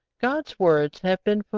god's words have been